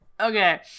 Okay